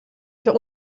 für